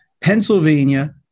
Pennsylvania